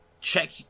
check